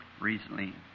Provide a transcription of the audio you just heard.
recently